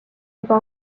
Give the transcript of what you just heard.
juba